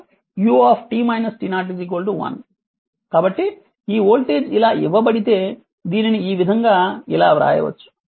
కాబట్టి ఈ వోల్టేజ్ ఇలా ఇవ్వబడితే దీనిని ఈ విధంగా ఇలా వ్రాయవచ్చు